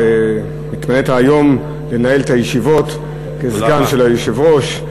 התמנית היום לנהל את הישיבות כסגן יושב-ראש.